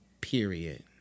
period